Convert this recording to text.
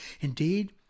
Indeed